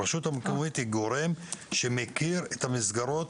הרשות המקומית היא גורם שמכיר את המסגרות,